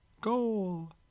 Goal